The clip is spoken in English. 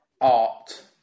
art